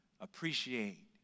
appreciate